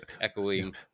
echoing